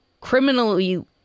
criminally